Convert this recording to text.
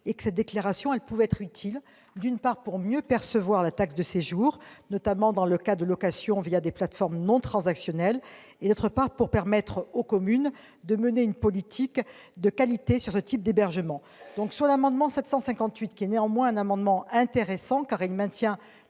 effet, cette déclaration peut être utile, d'une part, pour mieux percevoir la taxe de séjour, notamment dans le cas de location des plateformes non transactionnelles, et, d'autre part, pour permettre aux communes de mener une politique de qualité sur ce type d'hébergement. L'amendement n° 758 rectifié est néanmoins intéressant, car il tend